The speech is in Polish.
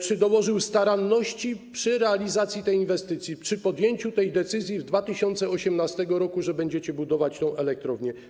Czy dołożył staranności przy realizacji tej inwestycji, przy podjęciu tej decyzji w 2018 r., że będziecie budować tę elektrownię?